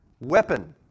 weapon